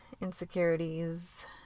insecurities